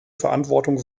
verantwortung